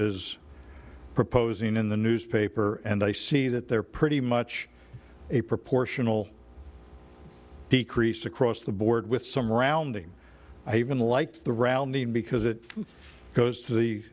is proposing in the newspaper and i see that they're pretty much a proportional decrease across the board with some rounding i even like the rounding because it goes to the